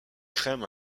crème